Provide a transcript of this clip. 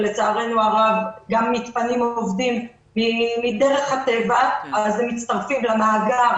ולצערנו הרב גם מתפנים עובדים מדרך הטבע ומצטרפים למאגר